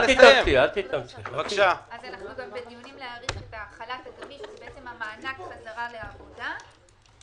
אנחנו בדיונים להאריך את החל"ת, מענק חזרה לעבודה.